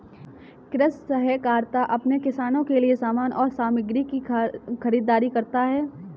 कृषि सहकारिता अपने किसानों के लिए समान और सामग्री की खरीदारी करता है